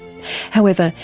however,